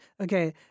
Okay